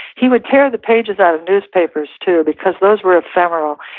he would tear the pages out of newspapers, too, because those were ephemeral.